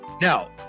now